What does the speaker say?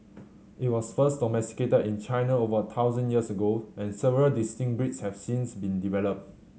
it was first domesticated in China over thousand years ago and several distinct breeds have since been developed